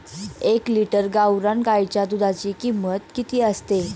एक लिटर गावरान गाईच्या दुधाची किंमत किती असते?